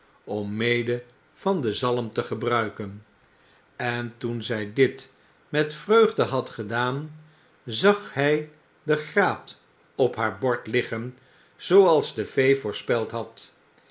ommedevan den zalm te gebruiken en toen zij dit met vreugde had gedaan zag hij de graat op haar bord liggen zooals de fee voorspeld had